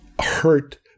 hurt